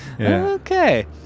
Okay